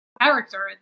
character